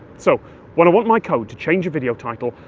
so when i want my code to change a video title,